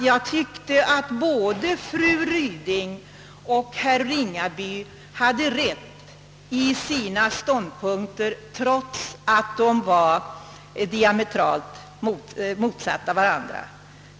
Jag tyckte att både fru Ryding och herr Ringaby hade rätt i sina ståndpunkter trots att dessa var diamentralt motsatta varandra.